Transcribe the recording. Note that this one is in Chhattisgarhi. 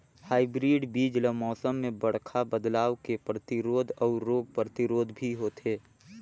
हाइब्रिड बीज ल मौसम में बड़खा बदलाव के प्रतिरोधी अऊ रोग प्रतिरोधी भी होथे